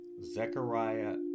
Zechariah